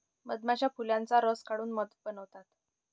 मधमाश्या फुलांचा रस काढून मध बनवतात